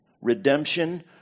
Redemption